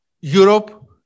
Europe